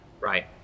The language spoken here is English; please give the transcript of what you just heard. Right